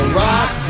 rock